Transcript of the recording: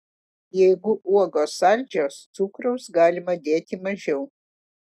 jeigu uogos saldžios cukraus galima dėti mažiau